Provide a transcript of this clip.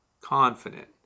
confident